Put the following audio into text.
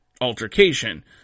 altercation